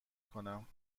کنم